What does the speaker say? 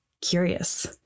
curious